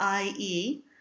IE